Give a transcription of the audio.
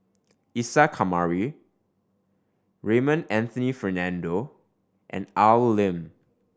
Isa Kamari Raymond Anthony Fernando and Al Lim